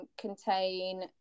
contain